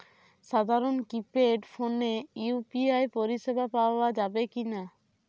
সাধারণ কিপেড ফোনে ইউ.পি.আই পরিসেবা পাওয়া যাবে কিনা?